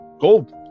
gold